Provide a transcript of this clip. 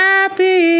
Happy